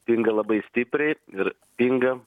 pinga labai stipriai ir pinga